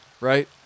right